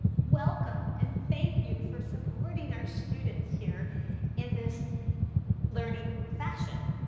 welcome and thank you for supporting our students here in this learning fashion.